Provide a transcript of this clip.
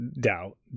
doubt